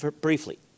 briefly